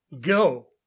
go